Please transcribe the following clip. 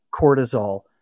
cortisol